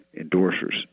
endorsers